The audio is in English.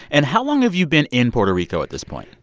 and how long have you been in puerto rico at this point?